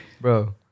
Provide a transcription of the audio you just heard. Bro